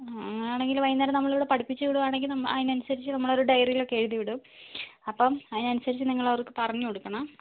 അങ്ങനെയാണെങ്കിൽ വൈകുന്നേരം നമ്മൾ ഇവിടെ പഠിപ്പിച്ച് വിടുകയാണെങ്കിൽ അതിനനുസരിച്ച് നമ്മൾ ഒരു ഡയറിയിലൊക്കെ എഴുതി വിടും അപ്പം അതിനനുസരിച്ച് നിങ്ങൾ അവർക്ക് പറഞ്ഞു കൊടുക്കണം